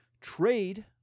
Trade